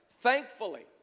Thankfully